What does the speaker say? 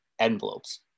envelopes